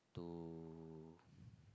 to